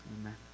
amen